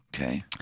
Okay